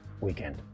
weekend